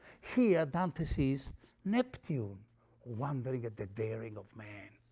here dante sees neptune wondering at the daring of man,